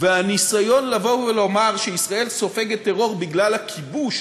והניסיון לבוא ולומר שישראל סופגת טרור בגלל הכיבוש,